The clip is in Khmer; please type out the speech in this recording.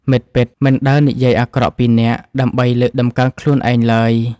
មិត្តពិតមិនដើរនិយាយអាក្រក់ពីអ្នក ដើម្បីលើកតម្កើងខ្លួនឯងឡើយ។